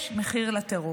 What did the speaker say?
יש מחיר לטרור.